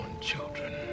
children